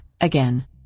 again